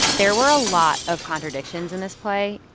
there were a lot of contradictions in this play,